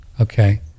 Okay